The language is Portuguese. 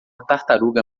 tartaruga